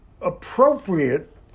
appropriate